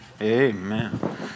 Amen